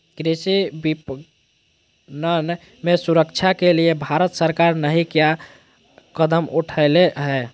कृषि विपणन में सुधार के लिए भारत सरकार नहीं क्या कदम उठैले हैय?